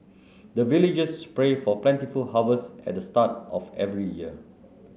the villagers pray for plentiful harvest at the start of every year